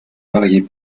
mariée